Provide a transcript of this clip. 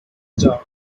local